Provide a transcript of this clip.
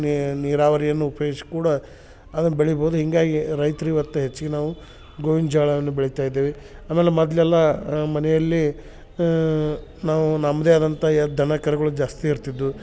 ನೀ ನೀರಾವರಿಯನ್ನು ಉಪಯೋಗಿಸಿ ಕೂಡ ಅದನ್ನ ಬೆಳಿಬೋದು ಹಿಂಗಾಗಿ ರೈತ್ರು ಇವತ್ತು ಹೆಚ್ಗೆ ನಾವು ಗೋವಿನ ಜ್ವಾಳವನ್ನು ಬೆಳಿತಾ ಇದ್ದೇವಿ ಆಮೇಲೆ ಮೊದ್ಲೆಲ್ಲಾ ಮನೆಯಲ್ಲಿ ನಾವು ನಮ್ಮದೆ ಆದಂಥ ಎ ದನ ಕರುಗಳು ಜಾಸ್ತಿ ಇರ್ತಿದ್ದು